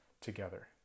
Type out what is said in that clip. together